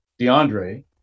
DeAndre